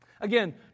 Again